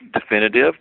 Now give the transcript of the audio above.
definitive